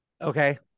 Okay